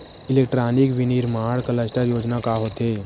Electronic विनीर्माण cluster योजना का होथे?